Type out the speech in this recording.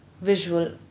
visual